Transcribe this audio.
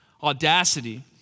Audacity